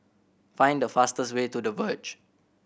find the fastest way to The Verge